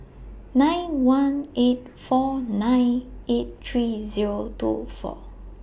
nine one eight four nine eight three Zero two four